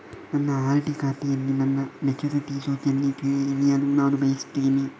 ನನ್ನ ಆರ್.ಡಿ ಖಾತೆಯಲ್ಲಿ ನನ್ನ ಮೆಚುರಿಟಿ ಸೂಚನೆಯನ್ನು ತಿಳಿಯಲು ನಾನು ಬಯಸ್ತೆನೆ